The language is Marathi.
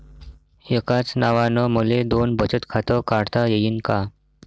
एकाच नावानं मले दोन बचत खातं काढता येईन का?